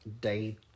day